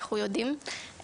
אנחנו יודעים.